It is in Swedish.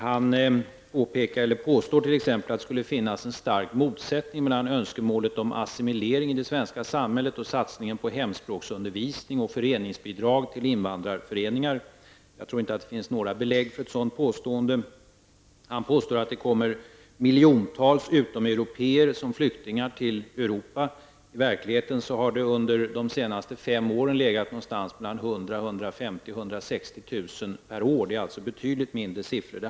Sverker Åström påstår t.ex. att det skulle finnas en stark motsättning mellan önskemålet om assimilering i det svenska samhället och satsningen på hemspråksundervisning och föreningsbidrag till invandrarföreningar. Jag tror inte att det finns några belägg för ett sådant påstående. Han påstår att det kommer miljontals utomeuropéer som flyktingar till Europa. I verkligheten har det under de senaste fem åren rört sig om 100 000, 150 000 eller möjligen 160 000 personer per år. Det handlar således om betydligt mindre siffror.